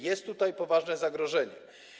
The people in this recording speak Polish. Jest tutaj poważne zagrożenie.